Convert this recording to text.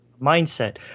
mindset